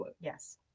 Yes